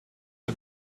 les